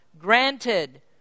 granted